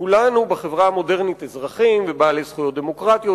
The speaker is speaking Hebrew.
כולנו בחברה המודרנית אזרחים ובעלי זכויות דמוקרטיות